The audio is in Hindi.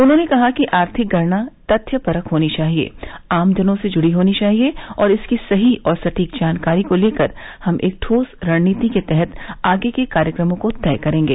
उन्होंने कहा कि आर्थिक गणना तथ्यपरक होनी चाहिये आमजनों से जुड़ी हई होनी चाहिये और इसकी सही और सटीक जानकारी को लेकर हम एक ठोस रणनीति के तहत आगे के कार्यक्रमों को तय करेंगे